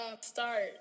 Start